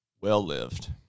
well-lived